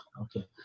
Okay